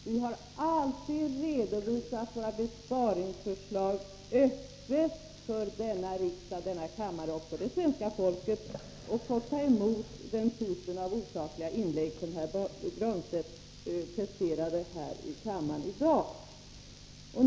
Vi har alltid redovisat våra besparingsförslag öppet för denna riksdag, denna kammare och det svenska folket och ändå fått ta emot den typ av osakliga inlägg som herr Granstedt nyss presterade här i kammaren.